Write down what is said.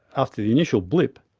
after the initial blip,